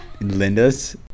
Linda's